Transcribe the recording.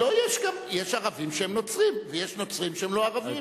יש ערבים שהם נוצרים ויש נוצרים שהם לא ערבים.